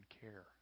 care